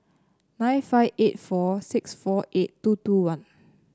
nine five eight four six four eight two two one